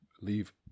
leave